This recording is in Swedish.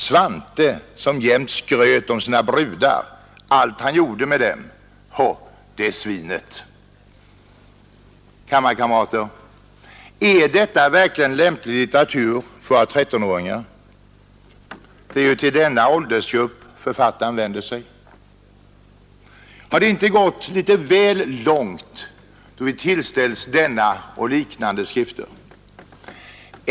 Svante, som jämt skröt om sina brudar, allt han gjorde med dem ——— det svinet.” Kammarkamrater! Är detta verkligen lämplig litteratur för våra 13-åringar? Det är ju till denna åldersgrupp författaren vänder sig. Har det inte gått litet väl långt då vi tillställs denna och liknande skrifter?